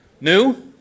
new